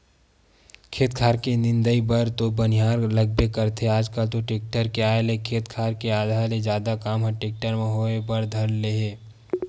खेत खार के निंदई बर तो बनिहार लगबे करथे आजकल तो टेक्टर के आय ले खेत खार के आधा ले जादा काम ह टेक्टर म होय बर धर ले हे